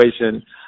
situation